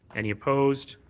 any opposed?